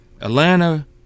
Atlanta